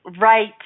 Right